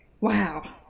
Wow